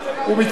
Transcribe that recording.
הוא מתכוון,